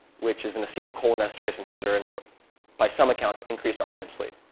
which is an acetylcholinesterase inhibitor, and by some accounts increased ah rem sleep.